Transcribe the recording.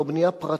לא בנייה פרטית,